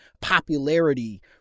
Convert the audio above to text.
popularity